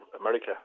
America